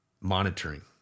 Monitoring